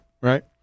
right